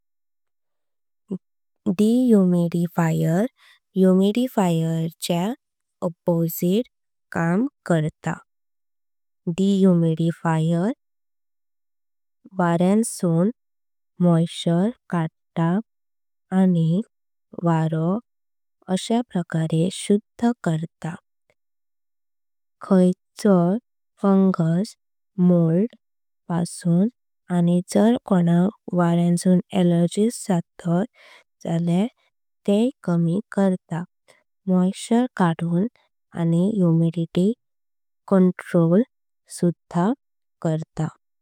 Dehumidifier humidifier च्या। Opposite काम करता डिह्युमिडिफायर वार्‍यांसून मॉइस्चर। काढता आणि वारो शुद्ध करता खायच्याय फंगस मोल्ड पासून। आणि जर कोनांक वार्‍यांसून अलर्जीज जातात जाल्या ते कमी। करता मॉइस्चर काढून आणि ह्युमिडिटी कण्ट्रोल सुद्धा करता।